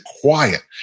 quiet